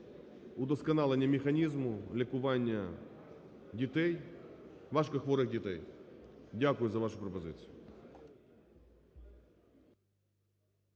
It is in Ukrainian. удосконалення механізму лікування дітей, важкохворих дітей. Дякую за вашу пропозицію.